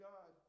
God